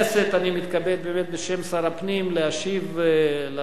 אני מתכבד בשם שר הפנים להשיב למציעים,